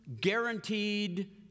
guaranteed